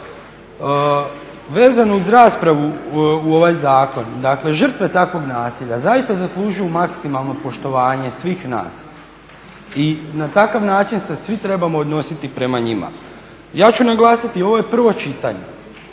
Vezano uz raspravu u ovaj zakon. Dakle, žrtve takvog nasilja zaista zaslužuju maksimalno poštovanje svih nas i na takav način se svi trebamo odnositi prema njima. Ja ću naglasiti ovo je prvo čitanje.